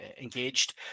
engaged